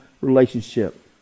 relationship